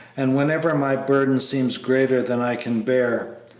and whenever my burden seems greater than i can bear,